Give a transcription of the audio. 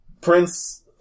Prince